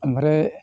ओमफ्राइ